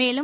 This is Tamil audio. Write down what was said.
மேலும்